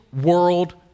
world